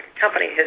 company